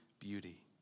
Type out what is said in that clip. beauty